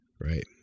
Right